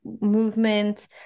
movement